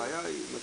הבעיה היא, זה